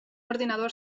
ordinador